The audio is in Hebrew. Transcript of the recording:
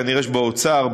כנראה שבאוצר,